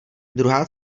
druhá